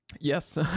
yes